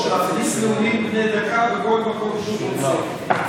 להכניס נאומים בני דקה בכל מקום שהוא רוצה.